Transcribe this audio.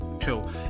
Cool